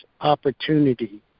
opportunity